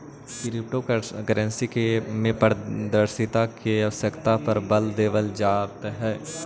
crypto currency में पारदर्शिता के आवश्यकता पर बल देल जाइत हइ